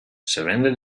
surrender